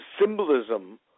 symbolism